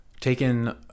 taken